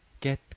get